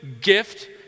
gift